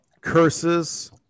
curses